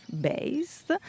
based